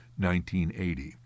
1980